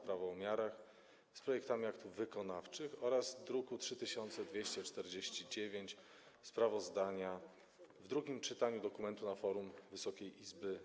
Prawo o miarach z projektami aktów wykonawczych oraz co do druku nr 3249, czyli sprawozdania, w drugim czytaniu dokumentu na forum Wysokiej Izby.